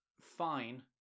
Fine